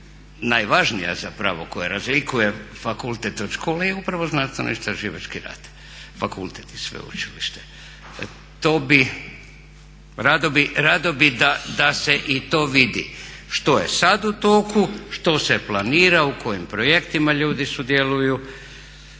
najvažnije zapravo koja razlikuje fakultet od škole je upravo znanstvenoistraživački rad, fakultet i sveučilište. Rado bi da se i to vidi, što je sada u toku, što se planira, u kojem projektima ljudi sudjeluju,